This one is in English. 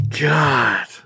God